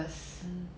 ya loh